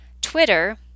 Twitter